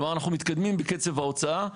כלומר, אנחנו מתקדמים בקצב ההוצאה.